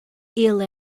ele